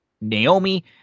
Naomi